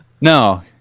No